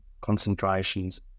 concentrations